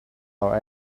our